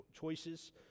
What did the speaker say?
choices